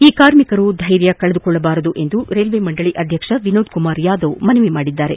ಈ ಕಾರ್ಮಿಕರು ಧೈರ್ಯ ಕಳೆದುಕೊಳ್ಳಬಾರದು ಎಂದು ರೈಲ್ವೆ ಮಂಡಳಿಯ ಅಧ್ಯಕ್ಷ ವಿನೋದ್ಕುಮಾರ್ ಯಾದವ್ ಮನವಿ ಮಾಡಿದ್ದಾರೆ